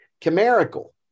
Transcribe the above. Chimerical